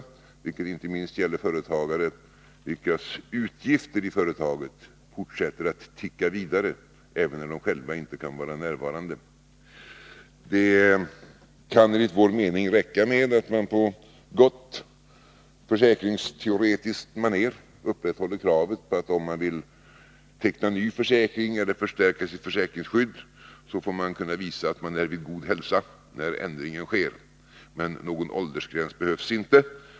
Det gäller inte minst företagare, vilkas utgifter i företaget fortsätter att ticka även sedan de själva inte kan vara närvarande. Enligt vår mening kan det räcka med att på gott försäkringsteoretiskt maner upprätthålla kravet att man, om man vill teckna en ny försäkring eller förstärka sitt försäkringsskydd, skall kunna visa att man är vid god hälsa när ändringen sker. Men någon åldersgräns behövs inte.